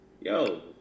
yo